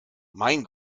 mein